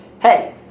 Hey